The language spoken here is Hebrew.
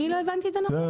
אני לא הבנתי את זה נכון?